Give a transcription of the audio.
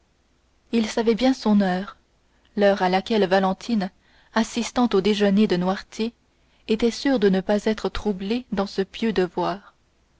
il savait bien son heure l'heure à laquelle valentine assistant au déjeuner de noirtier était sûre de ne pas être troublée dans ce pieux devoir